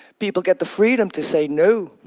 people get the freedom to say, no,